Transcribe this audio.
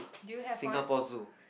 Singapore-Zoo